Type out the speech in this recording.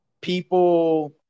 people